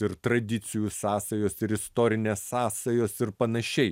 ir tradicijų sąsajos ir istorinės sąsajos ir panašiai